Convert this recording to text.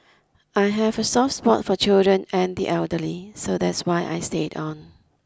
I have a soft spot for children and the elderly so that's why I stayed on